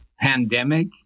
pandemic